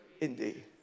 indeed